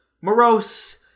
Morose